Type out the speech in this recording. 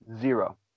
Zero